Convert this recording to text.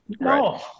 no